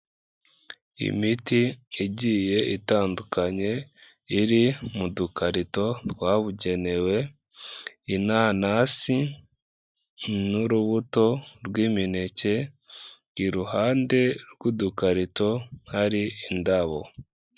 Imiti igiye itandukanye iri mu dukarito twabugenewe, inanasi n'urubuto rw'imineke, iruhande rw'udukarito hari indabo.